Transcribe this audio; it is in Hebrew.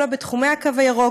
לא בתחומי הקו הירוק,